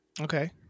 Okay